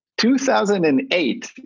2008